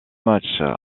match